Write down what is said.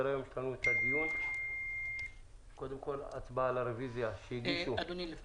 היום הצבעה על הרביזיות של חבר הכנסת